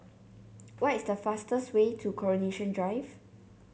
what is the fastest way to Coronation Drive